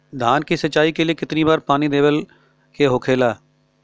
धान की सिंचाई के लिए कितना बार पानी देवल के होखेला?